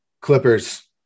Clippers